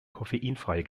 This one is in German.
koffeinfreie